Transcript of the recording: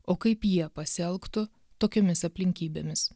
o kaip jie pasielgtų tokiomis aplinkybėmis